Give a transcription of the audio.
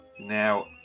now